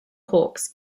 hawks